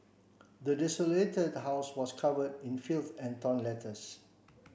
the desolated house was covered in filth and torn letters